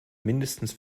mindestens